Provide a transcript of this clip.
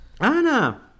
Anna